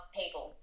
people